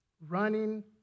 running